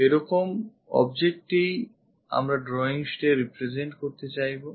এরকম object ই আমরা drawing sheet এ represent করতে চাইবো